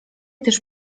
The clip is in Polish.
też